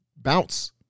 Bounce